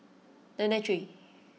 nine nine three